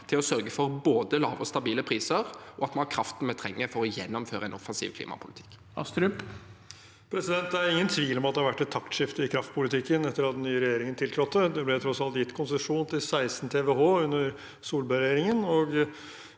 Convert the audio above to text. til å sørge for både lave og stabile priser, og for at vi har kraften vi trenger for å gjennomføre en offensiv klimapolitikk.